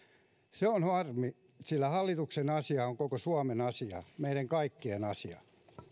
se on harmi sillä hallituksen asia on koko suomen asia meidän kaikkien asia